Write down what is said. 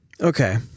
okay